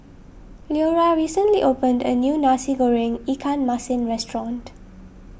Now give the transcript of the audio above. Leora recently opened a new Nasi Goreng Ikan Masin restaurant